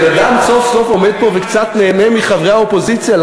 בן-אדם סוף-סוף עומד פה וקצת נהנה מחברי האופוזיציה,